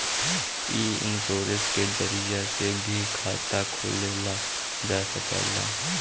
इ इन्शोरेंश के जरिया से भी खाता खोलल जा सकेला